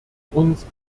uns